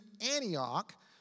Antioch